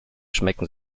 schmecken